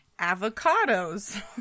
Avocados